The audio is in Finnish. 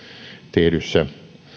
tehdyssä